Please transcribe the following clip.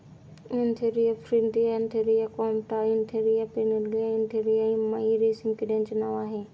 Antheraea frithi Antheraea compta Antheraea pernyi Antheraea yamamai रेशीम किड्याचे नाव आहे